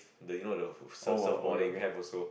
the you know the surf surf boarding have also